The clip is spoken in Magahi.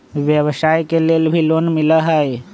व्यवसाय के लेल भी लोन मिलहई?